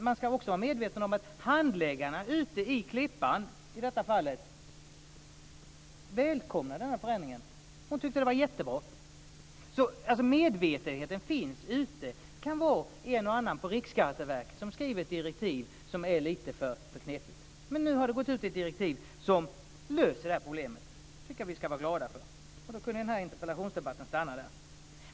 Man skall också vara medveten om att handläggare, i Klippan i detta fall, välkomnar förändringen. De tyckte att det var jättebra. Medvetenheten finns. Det kan vara en och annan på Riksskatteverket som skriver ett direktiv som är lite för knepigt. Men nu har det gått ut ett direktiv som löser problemet. Det tycker jag att vi skall vara glada för. Då kunde den här interpellationsdebatten stanna där.